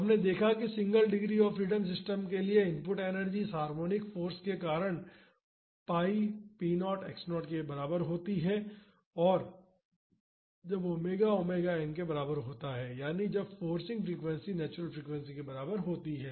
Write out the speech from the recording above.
तो हमने देखा है कि single degree of freedom system के लिए इनपुट एनर्जी इस हार्मोनिक फाॅर्स के कारण pi p 0 x 0 के बराबर होती है जब ओमेगा ओमेगा n के बराबर होता है यानि जब फोर्सिंग फ्रीक्वेंसी नेचुरल फ्रीक्वेंसी के बराबर होती है